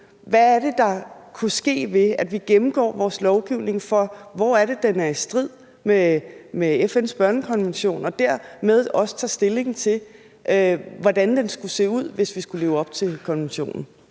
hvad det er, der kunne ske, ved at vi gennemgår vores lovgivning for at se, hvor det er, den er i strid med FN's børnekonvention, og at vi dermed også tager stilling til, hvordan lovgivningen skulle se ud, hvis vi skulle leve op til konventionen.